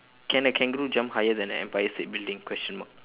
can a kangaroo jump higher than a empire state building question mark